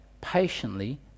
patiently